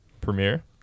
Premiere